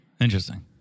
Interesting